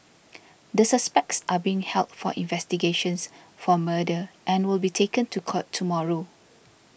the suspects are being held for investigations for murder and will be taken to court tomorrow